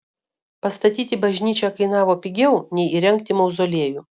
pastatyti bažnyčią kainavo pigiau nei įrengti mauzoliejų